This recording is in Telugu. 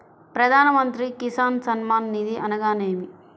ప్రధాన మంత్రి కిసాన్ సన్మాన్ నిధి అనగా ఏమి?